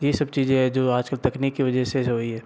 ये सब चीज़ें है जो आज कल तकनीक की वजह से जो हुई है